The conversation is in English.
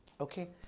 Okay